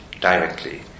directly